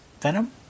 Venom